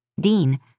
Dean